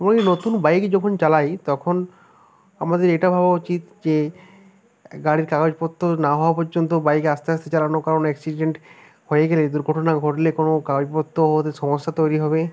এবং এই নতুন বাইক যখন চালাই তখন আমাদের এটা ভাবা উচিত যে গাড়ির কাগজপত্র না হওয়া পযন্ত বাইক আস্তে আস্তে চালানোর কারণ অ্যাক্সিডেন্ট হয়ে গেলে দুর্ঘটনা ঘটলে কোনো কাগজপত্র হতে সমস্যা তৈরি হবে